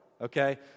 okay